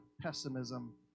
pessimism